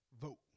vote